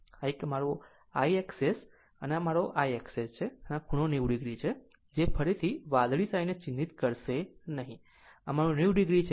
તો આ એક મારો IXS છે અને આ મારો IXS છે અને આ ખૂણો 90 o છે જે ફરીથી વાદળી શાહીને ચિહ્નિત કરશે નહીં પરંતુ આ 90 o છે